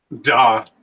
duh